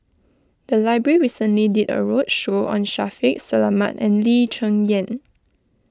the library recently did a roadshow on Shaffiq Selamat and Lee Cheng Yan